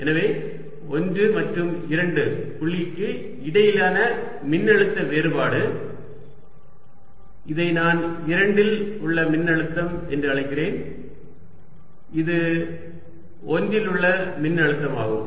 எனவே 1 மற்றும் 2 புள்ளிக்கு இடையிலான மின்னழுத்த வேறுபாடு இதை நான் 2 இல் உள்ள மின்னழுத்தம் என்று அழைக்கிறேன் இது 1 இல் உள்ள மின்னழுத்தம் ஆகும்